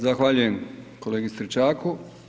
Zahvaljujem kolegi Stričaku.